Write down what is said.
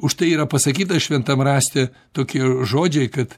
už tai yra pasakyta šventam rašte tokie žodžiai kad